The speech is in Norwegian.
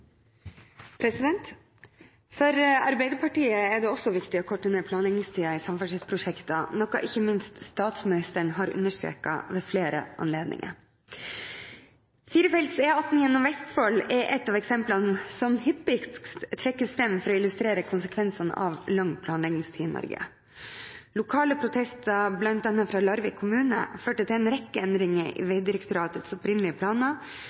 det også viktig å korte ned planleggingstiden i samferdselsprosjekter, noe ikke minst statsministeren har understreket ved flere anledninger. Firefelts E18 gjennom Vestfold er ett av eksemplene som hyppigst trekkes fram for å illustrere konsekvensene av lang planleggingstid i Norge. Lokale protester, bl.a. fra Larvik kommune, førte til en rekke endringer i Vegdirektoratets opprinnelige planer.